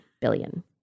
billion